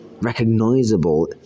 recognizable